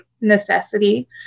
necessity